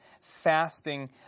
fasting